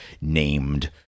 named